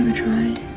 tried.